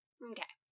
okay